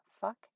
fuck